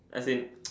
as in